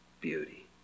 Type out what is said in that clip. beauty